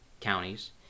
counties